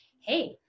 hey